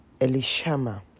elishama